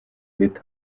with